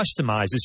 customizes